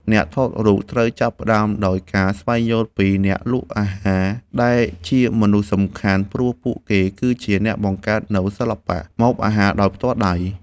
អ្នកថតរូបត្រូវចាប់ផ្ដើមដោយការស្វែងយល់ពី អ្នកលក់អាហារ ដែលជាមនុស្សសំខាន់ ព្រោះពួកគេគឺជាអ្នកបង្កើតនូវសិល្បៈម្ហូបអាហារដោយផ្ទាល់ដៃ។